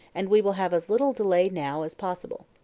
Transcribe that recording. and we will have as little delay now as possible.